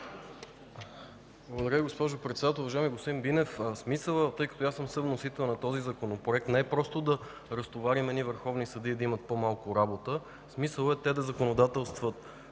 Благодаря, госпожо Председател. Уважаеми господин Бинев, смисълът, тъй като и аз съм съвносител на този Законопроект, не е просто да разтоварим върховните съдии, за да имат по-малко работа. Смисълът е те да прилагат